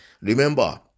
Remember